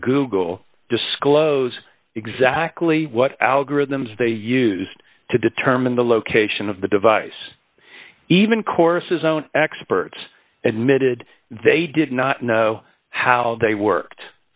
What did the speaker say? nor good will disclose exactly what algorithms they used to determine the location of the device even course his own experts and mid they did not know how they worked